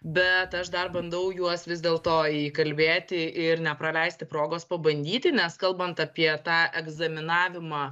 bet aš dar bandau juos vis dėlto įkalbėti ir nepraleisti progos pabandyti nes kalbant apie tą egzaminavimą